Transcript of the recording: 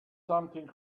something